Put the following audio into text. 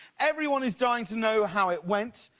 everyone is dying to know how it went.